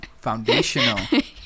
Foundational